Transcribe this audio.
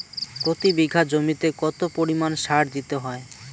প্রতি বিঘা জমিতে কত পরিমাণ সার দিতে হয়?